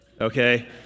okay